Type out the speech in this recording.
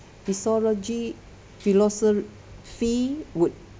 physiology philosophy would